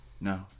No